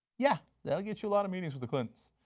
yeah that will get you a lot of meetings with the clintons.